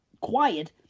quiet